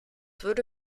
würde